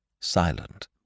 silent